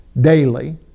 daily